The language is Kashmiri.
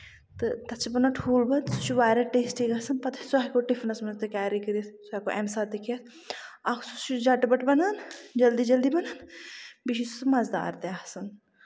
تہٕ تَتھ چھِ بَنان ٹھوٗل بتہٕ سُہ چھُ واریاہ ٹیسٹی گژھان پَتہٕ سُہ ہٮ۪کَو ٹِفنَس منٛز تہِ کیری کٔرِتھ سُہ ہٮ۪کَو اَمہِ ساتہٕ تہِ کھٮ۪تھ اکھ چھُ سُہ جَٹ پَٹ بَنان جلدی جلدی بَنان بیٚیہِ چھُ سُہ مَزٕ دار تہِ آسان